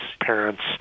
parents